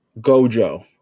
gojo